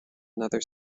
another